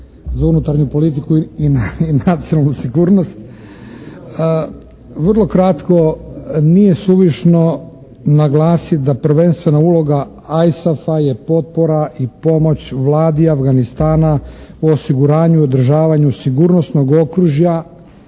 za unutarnju politiku i nacionalnu sigurnost. Vrlo kratko, nije suvišno naglasiti da prvenstvena uloga ISAF-a je potpora i pomoć Vladi Afganistana u osiguranju i održavanju sigurnosnog okružja